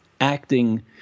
acting